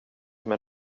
men